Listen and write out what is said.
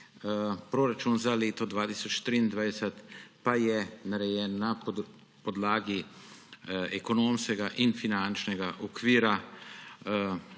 Proračun za leto 2023 pa je narejen na podlagi ekonomskega in finančnega okvira,